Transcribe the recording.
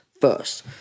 first